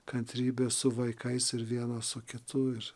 kantrybę su vaikais ir vienas su kitu ir